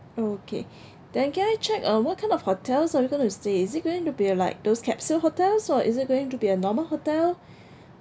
oh okay then can I check uh what kind of hotels are we going to stay is it going to be like those capsule hotels or is it going to be a normal hotel